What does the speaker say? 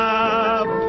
up